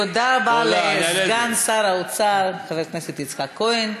תודה לסגן שר האוצר חבר הכנסת יצחק כהן.